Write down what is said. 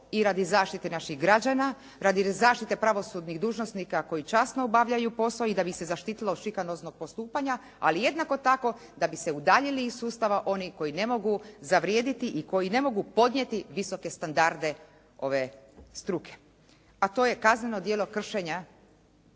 i radi zaštite naših građana, radi zaštite pravosudnih dužnosnika koji časno obavljaju posao i da bi se zaštitilo šikanozno postupanja, ali jednako tako da bi se udaljili iz sustava onih koji ne mogu zavrijediti i koji ne mogu podnijeti visoke standarde ove struke, a to je kazneno djelo kršenja